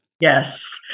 Yes